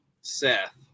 Seth